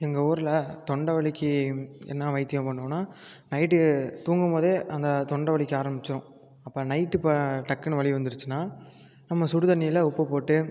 எங்கள் ஊரில் தொண்டை வலிக்கு என்ன வைத்தியம் பண்ணுவோன்னா நைட்டு தூங்கும் போதே அந்த தொண்டை வலிக்க ஆரம்மிச்சிரும் அப்போ நைட்டு இப்போ டக்குன்னு வலி வந்துடுச்சுன்னா நம்ம சுடு தண்ணியில் உப்பு போட்டு